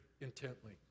intently